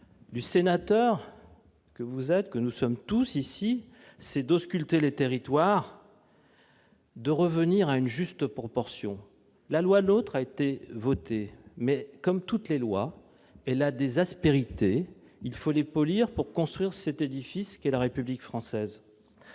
des sénateurs que nous sommes tous consiste à ausculter les territoires et de revenir à une juste proportion. La loi NOTRe a été adoptée, mais, comme toutes les lois, elle a des aspérités qu'il faut polir pour construire cet édifice qu'est la République française.